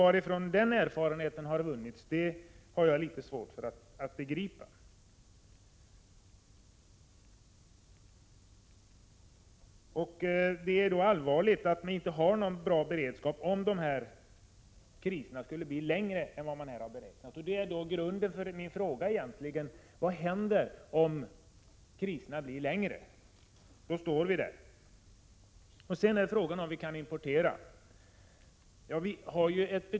Varifrån man vunnit den erfarenheten har jag svårt att begripa. Det är allvarligt att vi inte har någon bra beredskap om en kris skulle bli längre än man här har beräknat. Detta är egentligen grunden för min fråga: Vad händer om kriserna blir längre? Då står vi där. Då är frågan om vi kan importera.